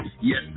Yes